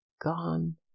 gone